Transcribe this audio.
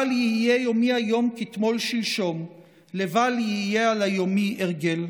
לבל יהיה יומי היום כתמול שלשום / לבל יהיה עליי יומי הרגל".